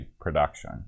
production